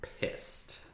pissed